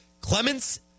Clements